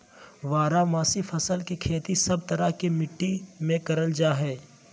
बारहमासी फसल के खेती सब तरह के मिट्टी मे करल जा हय